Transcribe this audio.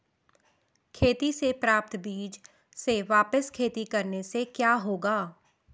खेती से प्राप्त बीज से वापिस खेती करने से क्या होगा?